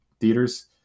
theaters